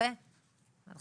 זה אמור להיות בתוך זה.